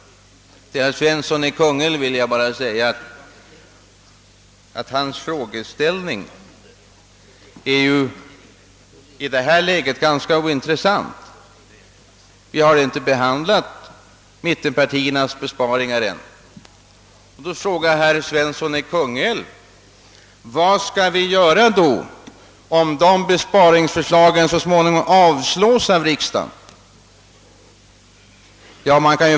Till herr Svensson i Kungälv vill jag bara säga att hans fråga är ganska ointressant i det här läget. Vi har ännu inte behandlat mittenpartiernas besparingsförslag. Herr Svensson i Kungälv frågar, vad vi skall göra om de bespa ringsförslagen så småningom avslås av riksdagen.